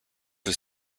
was